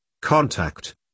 Contact